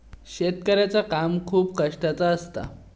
शेतकऱ्याचा काम खूप कष्टाचा असता